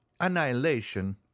annihilation